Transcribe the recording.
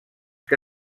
que